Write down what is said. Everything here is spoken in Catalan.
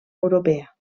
europea